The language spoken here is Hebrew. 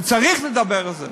וצריך לדבר על זה,